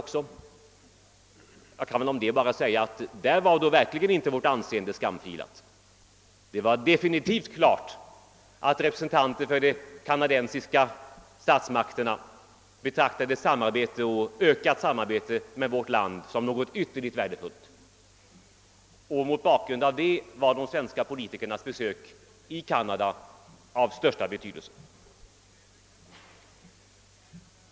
Om det kan jag bara säga att där var då verkligen inte vårt anseende skamfilat. Det stod definitivt klart att representanter för de kanadensiska statsmakterna betraktade ökat samarbete med vårt land som något ytterligt värdefullt. Mot bakgrund av detta var de svenska politikernas besök i Canada av största betydelse.